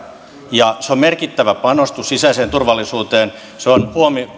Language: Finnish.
ja se on merkittävä panostus sisäiseen turvallisuuteen se on